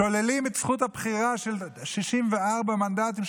שוללים את זכות הבחירה של 64 מנדטים,